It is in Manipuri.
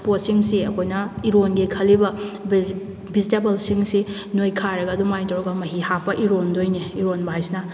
ꯄꯣꯠꯁꯤꯡꯁꯤ ꯑꯩꯈꯣꯏꯅ ꯏꯔꯣꯟꯒꯦ ꯈꯜꯂꯤꯕ ꯚꯤꯖꯤꯇꯦꯕꯜꯁꯤꯡ ꯑꯁꯤ ꯅꯣꯏꯈꯥꯏꯔꯒ ꯑꯗꯨꯝ ꯍꯥꯏꯅ ꯇꯧꯔꯒ ꯃꯍꯤ ꯍꯥꯞꯄꯒ ꯏꯔꯣꯟꯗꯣꯏꯅꯦ ꯏꯔꯣꯟꯕ ꯍꯥꯏꯔꯤꯁꯤꯅ